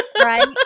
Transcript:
Right